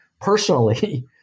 personally